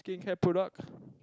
skincare product